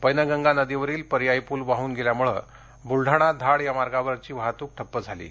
पैनगंगा नदीवरील पर्यायी पुल वाहून गेल्यामुळं बुलढाणा धाड या मार्गावरील वाहतूक ठप्प झाली आहे